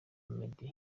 meddy